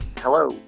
Hello